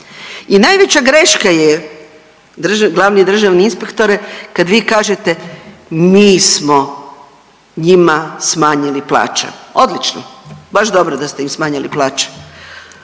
I najveća greška je glavni državni inspektore kad vi kažete mi smo njima smanjili plaće. Odlično, baš dobro da ste im smanjili plaće.